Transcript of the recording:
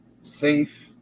safe